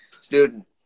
student